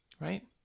right